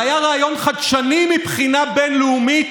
זה היה רעיון חדשני מבחינה בין-לאומית,